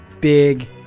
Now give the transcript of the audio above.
big